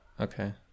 okay